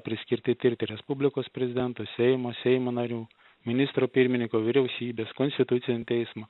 priskirti tirti respublikos prezidento seimo seimo narių ministro pirmininko vyriausybės konstitucinio teismo